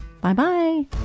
Bye-bye